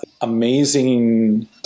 amazing